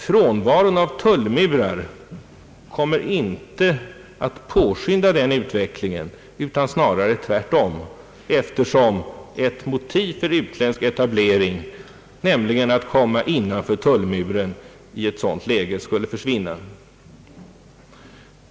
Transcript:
Frånvaron av tullmurar kommer inte att påskynda denna utveckling utan snarare tvärtom, eftersom ett motiv till utländsk etablering — nämligen att komma innanför tullmuren — i ett sådant läge skulle försvinna.